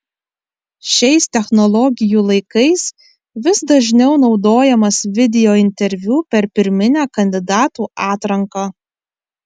šiais technologijų laikais vis dažniau naudojamas videointerviu per pirminę kandidatų atranką